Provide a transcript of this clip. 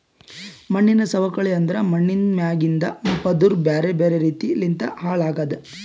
ಮಣ್ಣಿನ ಸವಕಳಿ ಅಂದುರ್ ಮಣ್ಣಿಂದ್ ಮ್ಯಾಗಿಂದ್ ಪದುರ್ ಬ್ಯಾರೆ ಬ್ಯಾರೆ ರೀತಿ ಲಿಂತ್ ಹಾಳ್ ಆಗದ್